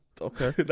Okay